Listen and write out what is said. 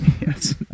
Yes